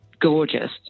gorgeous